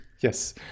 Yes